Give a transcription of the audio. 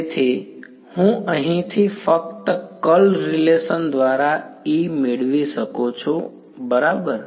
તેથી હું અહીંથી ફક્ત કર્લ રિલેશન દ્વારા E મેળવી શકું છું બરાબર